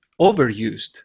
overused